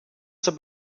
zur